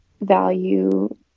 value